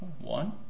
One